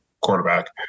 quarterback